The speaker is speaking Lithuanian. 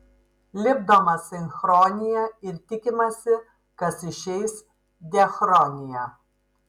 lipdoma sinchronija ir tikimasi kas išeis diachronija